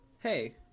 hey